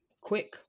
quick